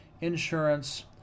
insurance